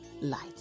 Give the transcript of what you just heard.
light